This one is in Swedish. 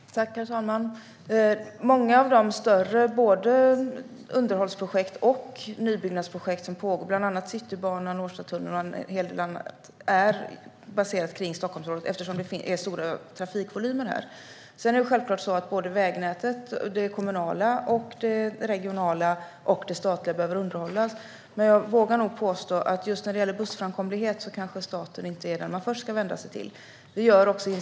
Herr talman! Många av de större underhållsprojekt och nybyggnadsprojekt som pågår, bland annat Citybanan, Årstatunneln och en hel del annat, är baserade runt Stockholmsområdet - eftersom det råder stora trafikvolymer här. Det kommunala, regionala och statliga vägnätet behöver underhållas. Men jag vågar nog påstå att när det gäller bussframkomlighet kanske inte staten är den man först ska vända sig till.